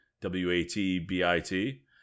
W-A-T-B-I-T